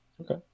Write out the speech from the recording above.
Okay